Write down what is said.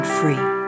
free